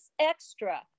extra